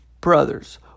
brothers